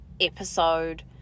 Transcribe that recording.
episode